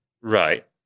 Right